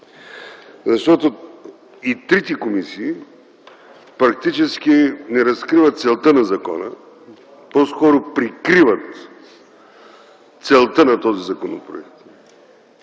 И трите комисии практически не разкриват целта на закона, по-скоро прикриват целта на този закон. Целта